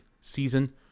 season